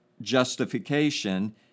justification